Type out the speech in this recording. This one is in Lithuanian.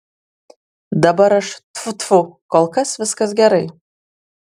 dabar aš tfu tfu kol kas viskas gerai